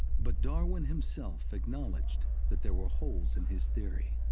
but darwin himself acknowledged that there were holes in his theory.